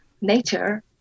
Nature